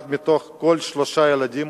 אחד מתוך כל שלושה ילדים